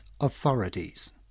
authorities